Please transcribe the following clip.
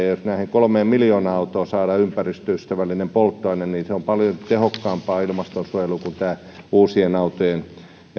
ja jos näihin kolmeen miljoonaan autoon saadaan ympäristöystävällinen polttoaine niin se on paljon tehokkaampaa ilmastonsuojelua kuin tämä uusien autojen